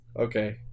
okay